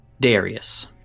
Darius